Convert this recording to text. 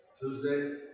Tuesdays